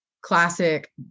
classic